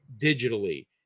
digitally